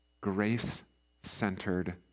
grace-centered